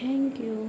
thank you